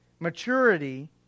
Maturity